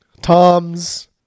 Tom's